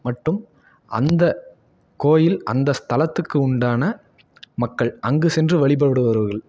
மட்டும் அந்த கோயில் அந்த ஸ்தலத்துக்கு உண்டான மக்கள் அங்கு சென்று வழிபடுபவர்கள்